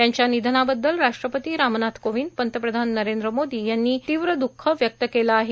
त्यांच्या निधनाबद्दल राष्ट्रपती रामनाथ कोविंद पंतप्रधान नरेंद्र मोदी यांनी तीव्र द्ःख व्यक्त केलं आहे